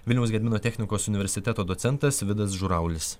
vilniaus gedimino technikos universiteto docentas vidas žuraulis